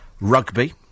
Rugby